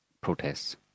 protests